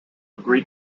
agree